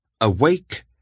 Awake